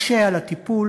מקשה על הטיפול.